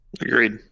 Agreed